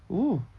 oh